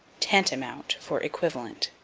tantamount for equivalent.